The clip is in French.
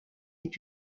est